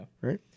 Right